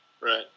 Right